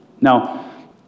Now